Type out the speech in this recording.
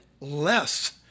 less